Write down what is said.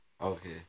Okay